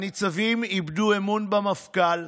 הניצבים איבדו אמון במפכ"ל,